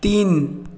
তিন